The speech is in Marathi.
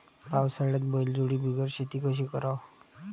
पावसाळ्यात बैलजोडी बिगर शेती कशी कराव?